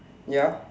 ya